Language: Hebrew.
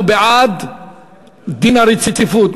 הוא בעד דין הרציפות,